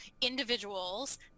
individuals